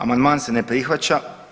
Amandman se ne prihvaća.